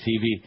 TV